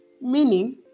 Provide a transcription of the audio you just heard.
meaning